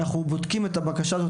אנחנו בודקים את הבקשה הזו,